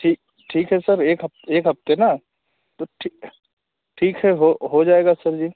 ठीक ठीक है सर एक हफ एक हफ़्ते ना तो ठीक है ठीक है हो हो जाएगा सर जी